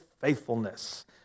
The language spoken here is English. faithfulness